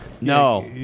No